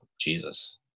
Jesus